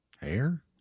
Hair